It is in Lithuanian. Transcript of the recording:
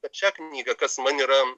tad šią knygą kas man yra